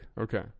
Okay